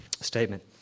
statement